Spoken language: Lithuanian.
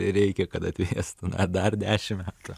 reikia kad atvėstų dar dešim metų